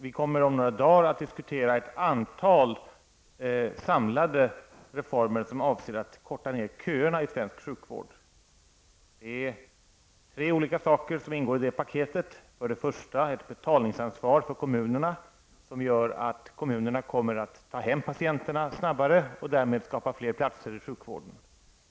Vi kommer om några dagar att diskutera ett antal samlade reformer som avser att korta ned köerna i svensk sjukvård. Tre olika saker ingår i det paketet. För det första finns ett betalningsansvar för kommunerna, som gör att kommunerna kommer att ta hem patienterna snabbare och därmed skapa fler platser i sjukvården.